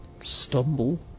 stumble